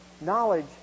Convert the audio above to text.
Knowledge